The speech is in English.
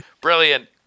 brilliant